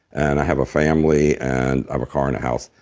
and i have a family, and i have a car, and a house.